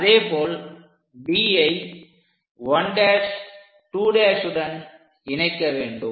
அதேபோல் Dஐ 1'2' உடன் இணைக்க வேண்டும்